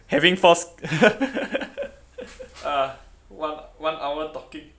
having forced ah one one hour talking